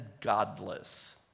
godless